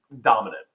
dominant